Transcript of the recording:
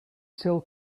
still